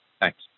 Thanks